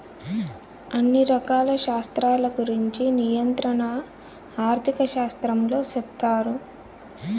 అన్ని రకాల శాస్త్రాల గురుంచి నియంత్రణ ఆర్థిక శాస్త్రంలో సెప్తారు